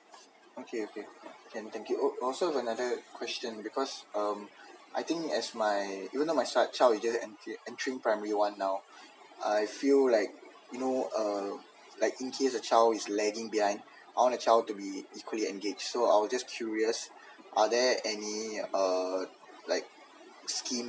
okay okay can thank you oh also another question because um I think as my you know my son child is entering primary one now I feel like you know um like incase a child is lagging behind I want the child to be equally engaged so I'm just curious are there any uh like scheme